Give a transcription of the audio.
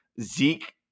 Zeke